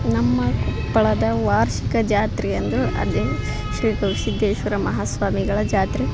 ನಮ್ಮ ಕೊಪ್ಪಳದ ವಾರ್ಷಿಕ ಜಾತ್ರೆಯಂದು ಅಂದ್ರೆ ಶ್ರೀ ಗವಿ ಸಿದ್ಧೇಶ್ವರ ಮಹಾಸ್ವಾಮಿಗಳ ಜಾತ್ರೆ